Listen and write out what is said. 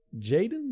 Jaden